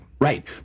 Right